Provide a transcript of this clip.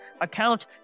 account